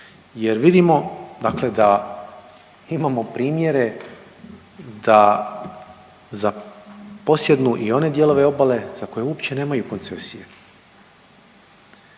jer vidimo, dakle da imamo primjere da zaposjednu i one dijelove obale za koje uopće nemaju koncesije.